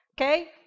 Okay